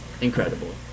incredible